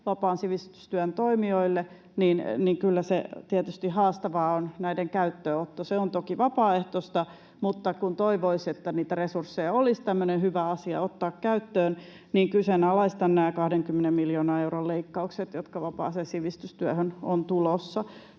vapaan sivistystyön toimijoille, kyllä se näiden käyttöönotto tietysti haastavaa on. Se on toki vapaaehtoista, mutta kun toivoisi, että olisi niitä resursseja ottaa tämmöinen hyvä asia käyttöön, niin kyseenalaistan nämä 20 miljoonan euron leikkaukset, jotka vapaaseen sivistystyöhön ovat tulossa.